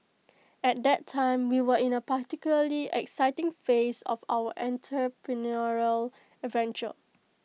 at that time we were in A particularly exciting phase of our entrepreneurial adventure